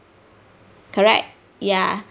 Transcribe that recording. correct ya